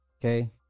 Okay